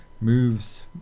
moves